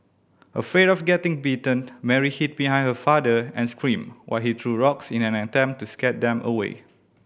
afraid of getting bitten Mary hid behind her father and screamed while he threw rocks in an attempt to scare them away